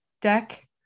deck